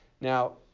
now